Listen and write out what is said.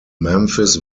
memphis